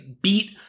beat